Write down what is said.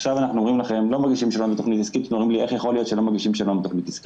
עכשיו אנחנו אומרים לכם: לא מגישים שאלון ותוכנית עסקית.